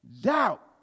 doubt